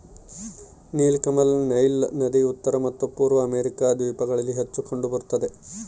ನೀಲಕಮಲ ನೈಲ್ ನದಿ ಉತ್ತರ ಮತ್ತು ಪೂರ್ವ ಅಮೆರಿಕಾ ದ್ವೀಪಗಳಲ್ಲಿ ಹೆಚ್ಚು ಕಂಡು ಬರುತ್ತದೆ